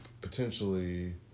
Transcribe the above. potentially